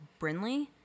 Brinley